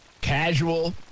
casual